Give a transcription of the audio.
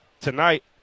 Tonight